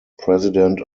president